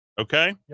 okay